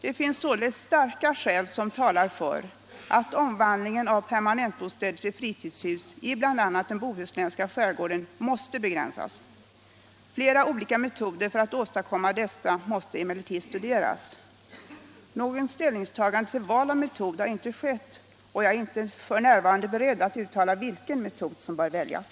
Det finns således starka skäl som talar för att omvandlingen av permanentbostäder till fritidshus i bl.a. den bohuslänska skärgården måste begränsas. Flera olika metoder för att åstadkomma detta måste emellertid studeras. Något ställningstagande till val av metod har inte skett och jag är f.n. inte beredd att uttala vilken metod som bör väljas.